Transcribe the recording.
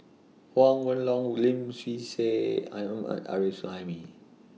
Huang Wenhong Lim Swee Say and Arif Suhaimi